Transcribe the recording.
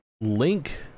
Link